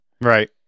Right